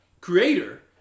creator